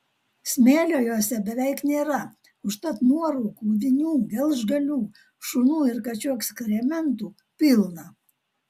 smėlio jose beveik nėra užtat nuorūkų vinių gelžgalių šunų ir kačių ekskrementų pilna